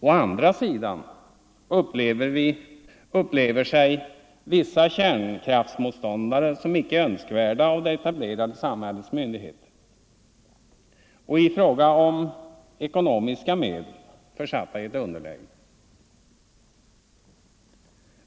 Å andra sidan upplever sig vissa kärnkraftsmotståndare som icke önskvärda av det etablerade samhällets myndigheter och, i fråga om ekonomiska medel, försatta i ett underläge.